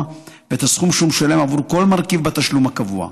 ואת הסכום שהוא משלם עבור כל מרכיב בתשלום הקבוע.